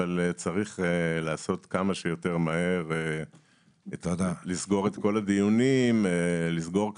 אבל צריך לעשות כמה שיותר מהר כדי לסגור את כל הדיונים ולסגור קצוות,